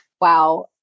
wow